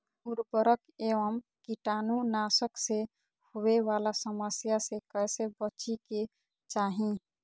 उर्वरक एवं कीटाणु नाशक से होवे वाला समस्या से कैसै बची के चाहि?